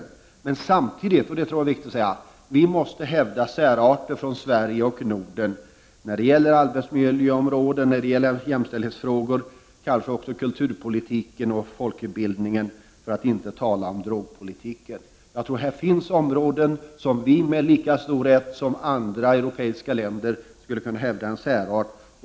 Å andra sidan — och det tror jag är viktigt att säga — måste vi hävda Sveriges och Nordens särarter när det gäller arbetsmiljöområdet, jämställdhetsfrågor, kanske också kulturpolitiken och folkbildningen, för att inte tala om drogpolitiken. Jag tror att här finns områden där Sverige med lika stor rätt som andra europeiska länder skulle kunna hävda en särart.